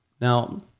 Now